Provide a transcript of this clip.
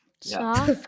Soft